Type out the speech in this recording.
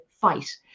fight